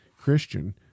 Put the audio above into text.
Christian